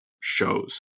shows